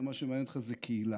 ומה שמעניין אותך זה קהילה.